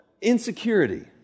insecurity